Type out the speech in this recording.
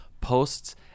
posts